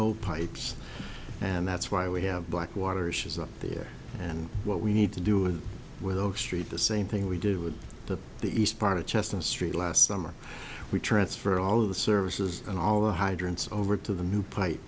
old pipes and that's why we have black water issues up there and what we need to do it with overstreet the same thing we did to the east part of chestnut street last summer we transfer all of the services and all the hydrants over to the new pipe